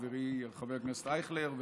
חברי חבר הכנסת אייכלר,